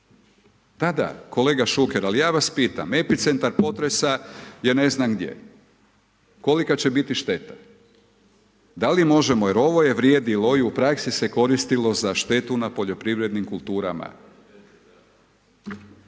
tada kolega Šuker, ali ja vas pitam, epicentar potresa je ne znam gdje. Kolika će biti šteta? Da li možemo, jer ovo je vrijedilo i u praksi se koristilo za štetu na poljoprivrednim kulturama.